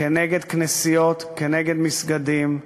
כנגד כנסיות, כנגד מסגדים,